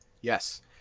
Yes